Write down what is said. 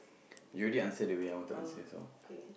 you already answer the way I want to answer so